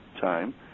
time